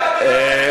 אינו נוכח,